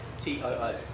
T-O-O